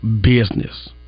business